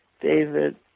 David